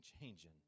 changing